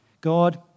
God